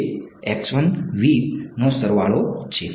તે નો સરવાળો છે